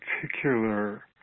particular